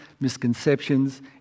misconceptions